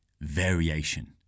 Variation